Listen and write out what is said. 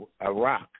Iraq